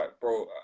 Bro